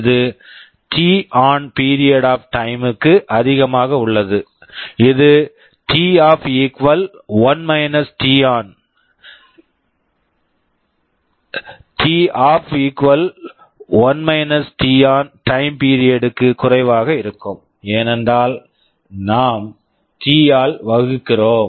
இது T on t on period of time period of time க்கு அதிகமாக உள்ளது இது T off t off 1 T on t on t off 1 t on period of time period of time க்கு குறைவாக இருக்கும் ஏனென்றால் நாம் டி T ஆல் வகுக்கிறோம்